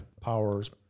Powers